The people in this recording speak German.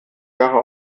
jahre